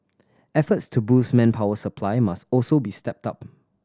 efforts to boost manpower supply must also be stepped up